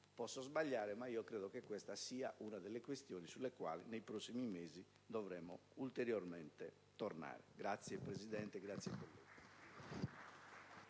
Posso sbagliare, ma credo che questa sia una delle questioni sulle quali nei prossimi mesi dovremo ulteriormente tornare. *(Applausi dal Gruppo